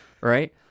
Right